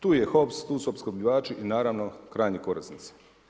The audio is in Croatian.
Tu je … tu su opskrbljivači i naravno krajnji korisnici.